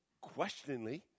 questioningly